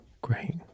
Great